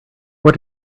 what